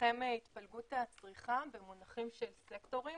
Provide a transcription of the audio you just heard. לפניכם התפלגות הצריכה במונחים של סקטורים